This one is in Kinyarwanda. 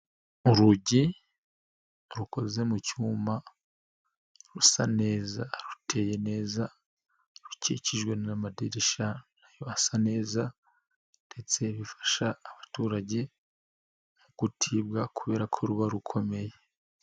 Urugi rukoze mu cyuma, rusa neza, ruteye neza, rukikijwe n'amaderisha nayo asa neza ndetse bifasha abaturage mu gutibwa kubera ko ruba rukomeye.